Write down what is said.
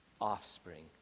offspring